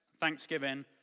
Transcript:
thanksgiving